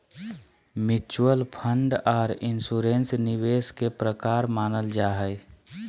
mutual fund आर insurance निवेश के प्रकार मानल जा हय